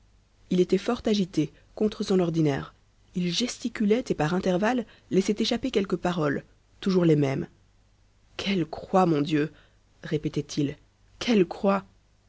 il était fort agité contre son ordinaire il gesticulait et par intervalles laissait échapper quelques paroles toujours les mêmes quelle croix mon dieu répétait-il quelle croix